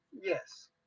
Yes